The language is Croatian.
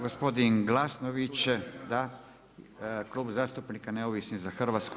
Gospodin Glasonović, da, Klub zastupnika Neovisni za Hrvatsku.